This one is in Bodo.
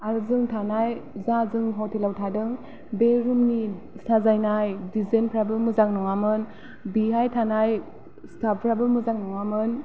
आरो जों थांनाय जा जों हटेलाव थादों बे रुमनि साजानाय डिजाइनफ्राबो मोजां नङामोन बिहाय थानाय स्टाफफ्राबो मोजां नङामोन